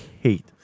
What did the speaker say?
hate